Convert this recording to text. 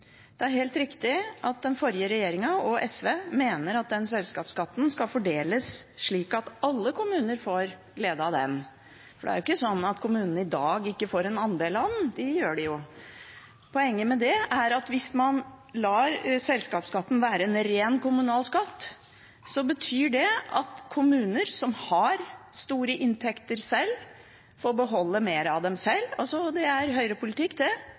Det er helt riktig at den forrige regjeringen og SV mener at selskapsskatten skal fordeles slik at alle kommuner får glede av den, for det er ikke sånn at kommunene i dag ikke får en andel av den – det gjør de jo. Poenget med det er at hvis man lar selskapsskatten være en ren kommunal skatt, betyr det at kommuner som har store inntekter selv, får beholde mer av dem selv. Det er